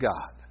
God